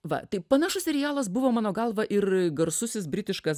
va tai panašus serialas buvo mano galva ir garsusis britiškas